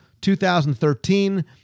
2013